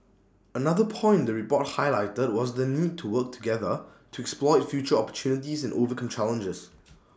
another point the report highlighted was the need to work together to exploit future opportunities and overcome challenges